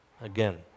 Again